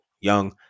Young